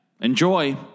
Enjoy